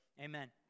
Amen